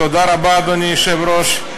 תודה רבה, אדוני היושב-ראש.